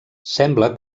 sembla